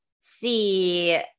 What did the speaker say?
see